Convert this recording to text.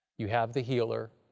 you have the healer.